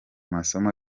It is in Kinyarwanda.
masomo